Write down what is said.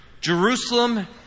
Jerusalem